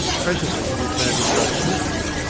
presently he re turned with bob's missis,